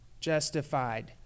justified